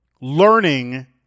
learning